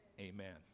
Amen